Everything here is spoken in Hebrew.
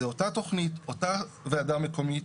זו אותה תכנית, אותה ועדה מקומית